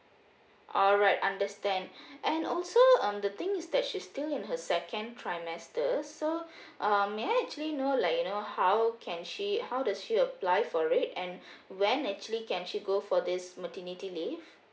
alright understand and also um the things is that she still in her second trimester so um may I actually know like you know how can she how does she apply for it and when actually can she go for this maternity leave